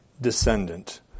descendant